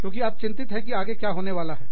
क्योंकि आप चिंतित हैं कि आगे क्या होने वाला है